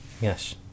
Yes